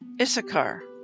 Issachar